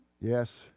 Yes